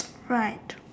right